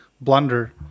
blunder